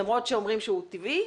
למרות שאומרים שהוא טבעי,